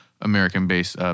American-based